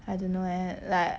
I don't know eh like